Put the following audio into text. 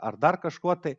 ar dar kažkuo tai